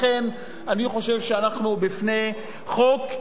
לכן אני חושב שאנחנו בפני חוק,